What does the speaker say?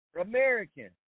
American